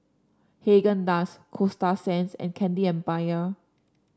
Haagen Dazs Coasta Sands and Candy Empire